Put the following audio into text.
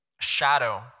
shadow